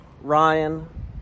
Ryan